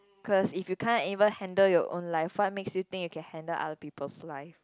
cause if you can't even handle your own life what makes you think you can handle other people's life